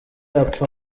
apfa